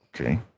Okay